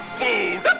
food